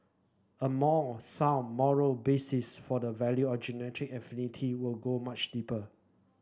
a more sound moral basis for the value or genetic affinity would go much deeper